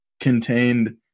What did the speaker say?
contained